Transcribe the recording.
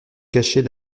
cacher